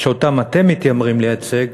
שאותם אתם מתיימרים לייצג,